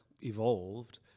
evolved